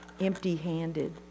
empty-handed